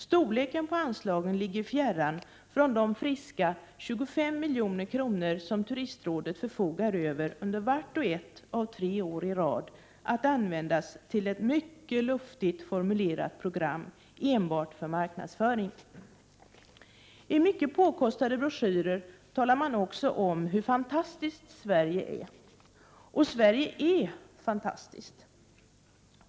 Storleken på anslagen ligger fjärran från de friska 25 milj.kr. som turistrådet förfogar över under vart och ett av tre år i rad för att användas, enligt ett mycket luftigt formulerat program, enbart för marknadsföring. I mycket påkostade broschyrer talar man om hur fantastiskt Sverige är — och Sverige är fantastiskt.